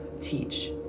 teach